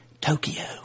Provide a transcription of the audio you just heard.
Tokyo